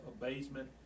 abasement